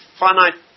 finite